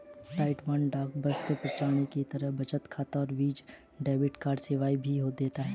Taiwan डाक बचत प्रणाली के तहत बचत खाता और वीजा डेबिट कार्ड सेवाएं भी देता है